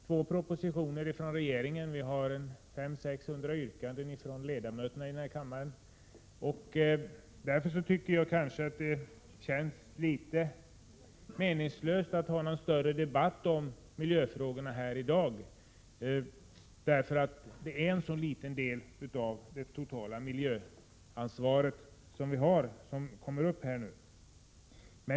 Två propositioner från regeringen och 500-600 yrkanden från riksdagens ledamöter behandlas nu i utskottet. Det känns alltså litet meningslöst att föra en större debatt om miljöfrågorna här i dag, när det är en så liten del av det totala miljöansvaret som tas upp.